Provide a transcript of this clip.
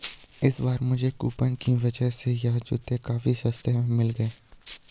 इस बार मुझे कूपन की वजह से यह जूते काफी सस्ते में मिल गए